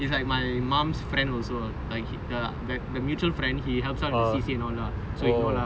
it's like my mum's friend also like that the mutual friend he helps out in the C_C and all lah so you know lah